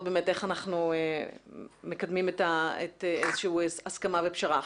איך אנחנו מקדמים איזושהי הסכמה ופשרה.